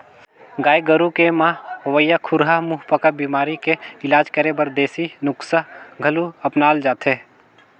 गाय गोरु के म होवइया खुरहा मुहंपका बेमारी के इलाज करे बर देसी नुक्सा घलो अपनाल जाथे